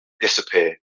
disappear